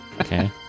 okay